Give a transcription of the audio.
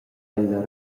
ella